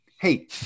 Hey